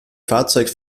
fahrzeug